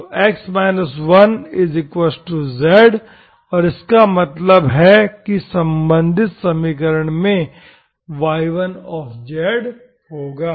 तो x 1z और इसका मतलब है कि संबंधित समीकरण में y1z होगा